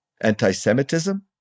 anti-Semitism